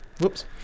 Whoops